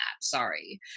Sorry